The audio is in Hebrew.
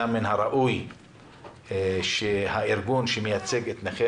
היה מן הראוי שהארגון שמייצג את נכי